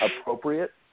appropriate